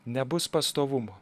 nebus pastovumo